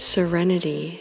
serenity